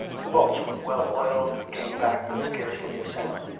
the bolts were well oiled, and came back with scarcely a sound.